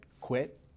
quit